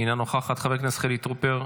אינה נוכחת, חבר הכנסת חילי טרופר,